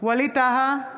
ווליד טאהא,